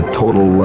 total